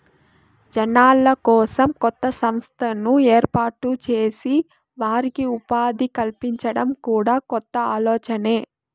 జనాల కోసం కొత్త సంస్థను ఏర్పాటు చేసి వారికి ఉపాధి కల్పించడం కూడా కొత్త ఆలోచనే